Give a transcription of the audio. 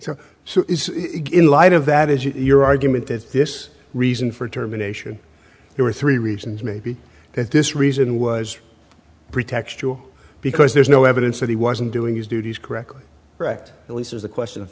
so in light of that is your argument that this reason for terminations there were three reasons maybe that this reason was pretextual because there's no evidence that he wasn't doing his duties correctly correct at least as a question of